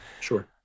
Sure